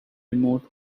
remote